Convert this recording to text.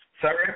sorry